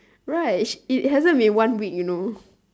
right it hasn't been one week you know